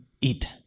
eat